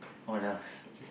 what else